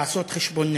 לעשות חשבון נפש,